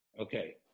Okay